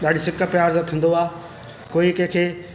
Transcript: ॾाढी सिक प्यार सां थींदो आहे कोई कंहिंखे